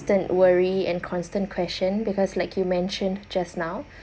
worry and constant question because like you mention just now